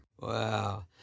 Wow